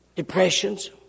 Depressions